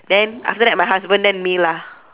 then after that my husband then me lah